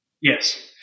Yes